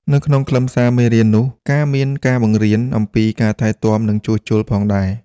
នៅក្នុងខ្លឹមសារមេរៀននោះការមានការបង្រៀនអំពី ការថែទាំ និងជួសជុលផងដែរ។